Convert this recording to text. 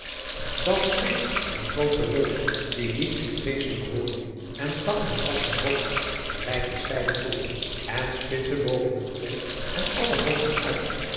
speet den grooten reus die liet zich vreeslijck hooren en stack met hals en hooft gelijck een steile toren en spitse boven t volck en alle hoofden uit